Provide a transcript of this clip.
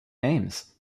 games